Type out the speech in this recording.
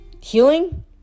Healing